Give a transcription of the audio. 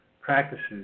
practices